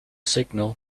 signal